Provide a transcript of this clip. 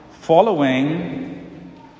Following